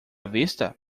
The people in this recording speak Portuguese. vista